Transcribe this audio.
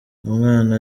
umwana